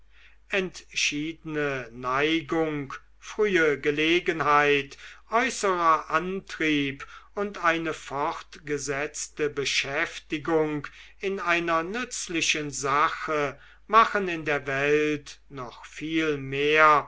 entschiedene neigung frühe gelegenheit äußerer antrieb und eine fortgesetzte beschäftigung in einer nützlichen sache machen in der welt noch viel mehr